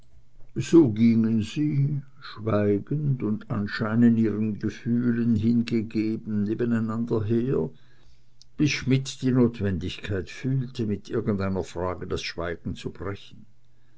so gingen sie schweigend und anscheinend ihren gefühlen hingegeben nebeneinander her bis schmidt die notwendigkeit fühlte mit irgendeiner frage das schweigen zu brechen